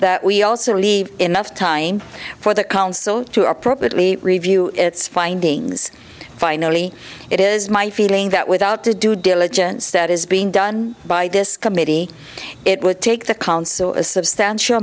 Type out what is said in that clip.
that we also leave enough time for the council to appropriately review its findings finally it is my feeling that without the due diligence that is being done by this committee it would take the council a substantial